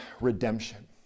redemption